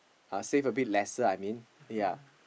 uh save a bit lesser I mean ya